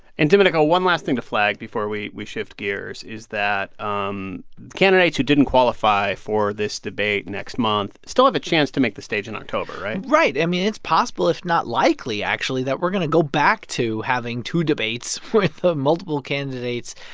and, domenico, one last thing to flag before we we shift gears is that um candidates who didn't qualify for this debate next month still have a chance to make the stage in october, right? right. i mean, it's possible, if not likely, actually, that we're going to go back to having two debates with ah multiple candidates,